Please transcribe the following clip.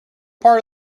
part